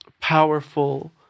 powerful